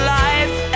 life